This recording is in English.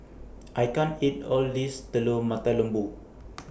I can't eat All of This Telur Mata Lembu